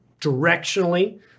directionally